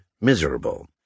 miserable